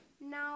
now